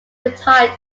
retired